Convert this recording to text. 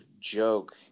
joke